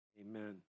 Amen